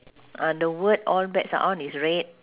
ah the word all bets are on is red